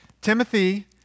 Timothy